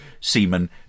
seamen